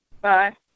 Bye